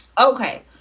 Okay